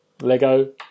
Lego